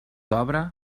obra